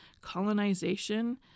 colonization